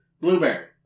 Blueberry